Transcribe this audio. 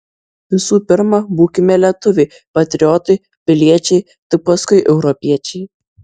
visų pirma būkime lietuviai patriotai piliečiai tik paskui europiečiai